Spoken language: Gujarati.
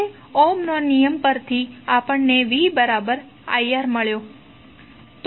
હવે ઓહ્મનો નિયમ પરથી આપણને viR મળ્યું છે